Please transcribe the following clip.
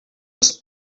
was